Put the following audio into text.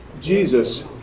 Jesus